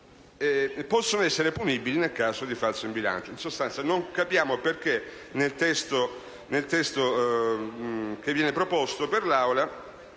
possono essere punibili in caso di falso in bilancio. In sostanza non capiamo perché, nel testo che viene proposto all'esame